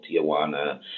Tijuana